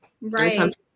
Right